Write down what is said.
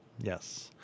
yes